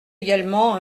également